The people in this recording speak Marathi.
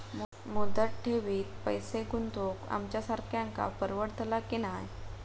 मुदत ठेवीत पैसे गुंतवक आमच्यासारख्यांका परवडतला की नाय?